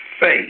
faith